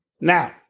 Now